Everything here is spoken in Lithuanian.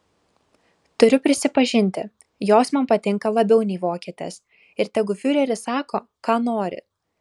turiu prisipažinti jos man patinka labiau nei vokietės ir tegu fiureris sako ką nori